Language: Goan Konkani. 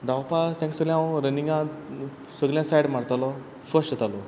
धांवपा तेंक सगळ्यां हांव रनिंगाक सगळ्यां सायड मारतालो फर्स्ट येतालो